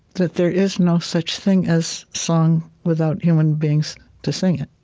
that there is no such thing as song without human beings to sing it.